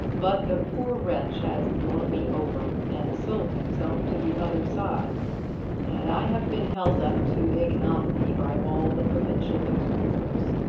but the poor wretch has thrown me over and sold himself to the other side and i have been held up to ignominy by all the provincial newspapers.